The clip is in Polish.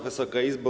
Wysoka Izbo!